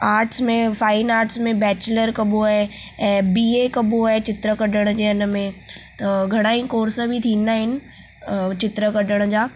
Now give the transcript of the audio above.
arts में fine arts में bachelor कबो आहे ऐं बी ए कबो आहे चित्र कढण जे हिन में त घणाई कोर्स बि थींदा आहिनि चित्र कढण जा